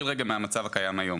מהמצב הקיים היום.